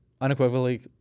unequivocally